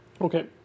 Okay